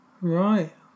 Right